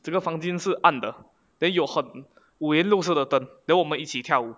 整个房间是暗的 then 有很无缘六色的灯 then 我们一起跳舞